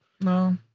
no